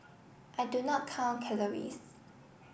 I do not count calories